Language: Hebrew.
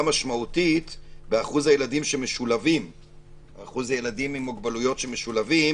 משמעותית באחוז הילדים עם מוגבלויות שמשולבים